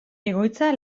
egoitza